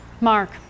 Mark